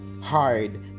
hard